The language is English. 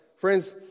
friends